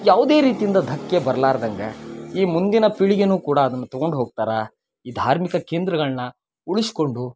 ಯಾವುದೇ ರೀತಿಯಿಂದ ಧಕ್ಕೆ ಬರ್ಲಾರ್ದಂಗ ಈ ಮುಂದಿನ ಪೀಳಿಗೆಯೂ ಕೂಡ ಅದನ್ನ ತೊಗೊಂಡು ಹೋಗ್ತಾರ ಈ ಧಾರ್ಮಿಕ ಕೇಂದ್ರಗಳನ್ನ ಉಳಿಸ್ಕೊಂಡು